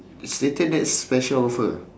stated there special offer